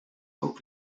ook